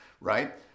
right